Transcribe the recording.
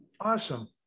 Awesome